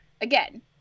Again